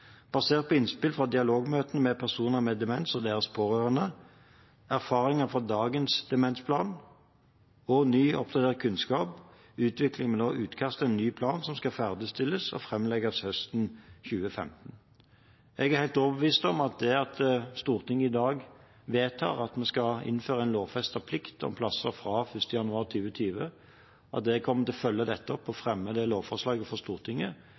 Basert på innspill fra dialogmøtene med personer med demens og deres pårørende, erfaringer fra dagens demensplan og ny, oppdatert kunnskap, utvikler vi nå utkast til en ny plan, som skal ferdigstilles og framlegges høsten 2015. Jeg er helt overbevist om at det at Stortinget i dag vedtar at vi skal innføre en lovfestet plikt om plasser fra 1. januar 2020, og at jeg kommer til å følge dette opp og fremme det lovforslaget for Stortinget,